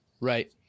right